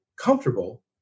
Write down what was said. comfortable